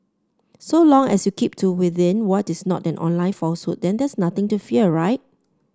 so long as you keep to within what is not an online falsehood then there's nothing to fear right